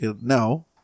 now